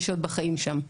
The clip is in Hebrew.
מי שעוד בחיים שם.